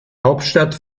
hauptstadt